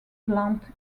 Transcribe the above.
plant